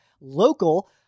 local